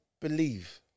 believe